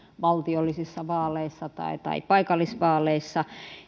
valtiollisissa vaaleissa tai tai paikallisvaaleissa